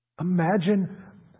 Imagine